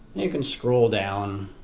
you can scroll down